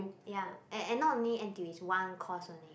ya and and not only n_t_u is one course only